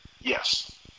Yes